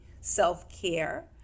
self-care